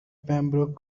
pembroke